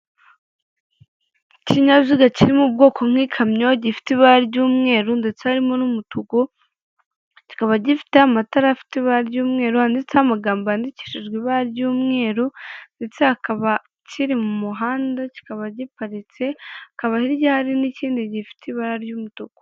Ikinyabiziga kiri mu bwoko nk'ikamyo gifite ibara ry'umweru ndetse harimo n'umutuku, kikaba gifite amatara afite ibara ry'umweru yanditseho amagambo yandikishijwe ibara ry'umweru ndetse hakaba kiri mu muhanda, kikaba giparitse, hakaba hirya hari n'ikindi gifite ibara ry'umutuku.